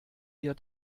ihr